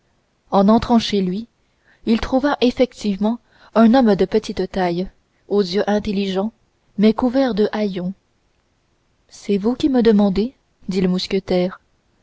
en entrant chez lui il trouva effectivement un homme de petite taille aux yeux intelligents mais couvert de haillons c'est vous qui me demandez dit le mousquetaire